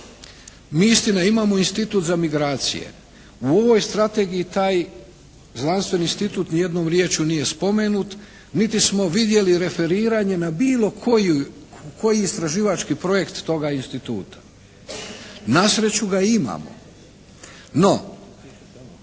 Mi istina imamo Institut za migracije. U ovoj strategiji taj znanstveni institut ni jednom riječju nije spomenut niti smo vidjeli referiranje na bilo koji istraživački projekt toga instituta. Na sreću ga imamo. No